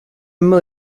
mill